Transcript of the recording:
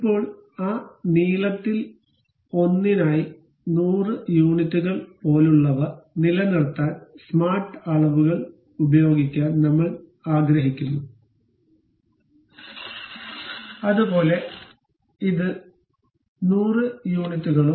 ഇപ്പോൾ ആ നീളത്തിൽ ഒന്നിനായി 100 യൂണിറ്റുകൾ പോലുള്ളവ നിലനിർത്താൻ സ്മാർട്ട് അളവുകൾ ഉപയോഗിക്കാൻ നമ്മൾ ആഗ്രഹിക്കുന്നു അതുപോലെ ഇത് 100 യൂണിറ്റുകളും